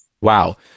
Wow